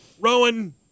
Rowan